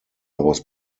was